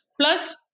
Plus